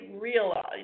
realize